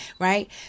right